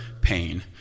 pain